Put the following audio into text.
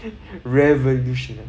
revolution